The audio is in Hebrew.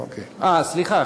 אה, סליחה.